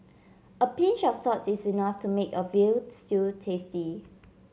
a pinch of salt is enough to make a veal stew tasty